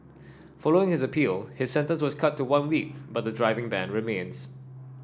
following his appeal his sentence was cut to one week but the driving ban remains